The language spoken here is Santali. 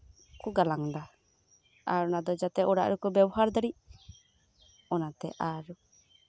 ᱠᱳ ᱜᱟᱞᱟᱝ ᱫᱟ ᱚᱱᱟ ᱟᱵᱟᱨ ᱥᱟᱨᱟᱫᱤᱱ ᱵᱮᱵᱚᱦᱟᱨ ᱫᱟᱲᱮᱜ ᱚᱱᱟᱛᱮ